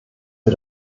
sie